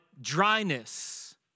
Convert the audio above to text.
dryness